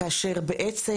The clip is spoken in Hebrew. כאשר בעצם,